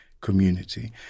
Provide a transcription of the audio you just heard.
community